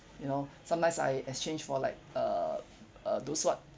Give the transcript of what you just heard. you know sometimes I exchange for like err uh those what